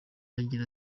agira